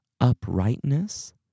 uprightness